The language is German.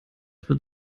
wird